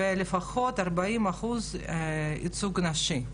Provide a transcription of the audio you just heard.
ולפחות 40% ייצוג נשי.